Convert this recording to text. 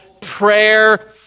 prayer